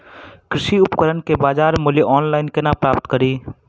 कृषि उपकरण केँ बजार मूल्य ऑनलाइन केना प्राप्त कड़ी?